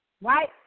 right